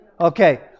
okay